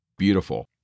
beautiful